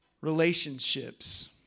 relationships